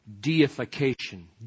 Deification